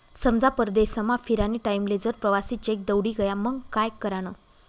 समजा परदेसमा फिरानी टाईमले जर प्रवासी चेक दवडी गया मंग काय करानं?